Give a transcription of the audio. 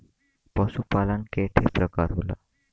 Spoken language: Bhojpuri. पशु पालन के ठे परकार होला